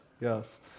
yes